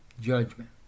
judgment